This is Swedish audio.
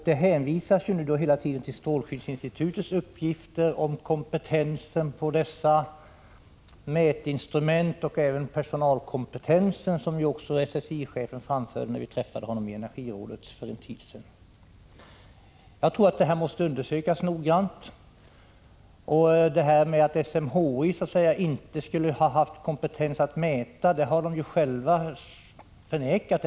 Det hänvisas hela tiden till strålskyddsinstitutets uppgifter beträffande dugligheten för dessa mätinstrument och även för personalen, vilket SSI-chefen framförde när vi träffade honom i Energirådet för en tid sedan. Jag tror att detta måste undersökas noggrant. Att SMHI inte skulle ha haft kompetens att mäta har man där själv förnekat.